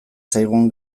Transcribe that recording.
zaigun